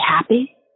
happy